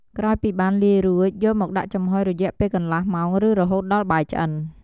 ក្រោយពីបានលាយរួច យកមកដាក់ចំហុយរយៈពេលកន្លះម៉ោងឬរហូតដល់បាយឆ្អិន។